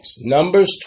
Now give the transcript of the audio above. Numbers